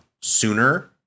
sooner